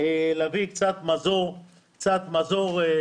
מזל שיש לי